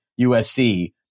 USC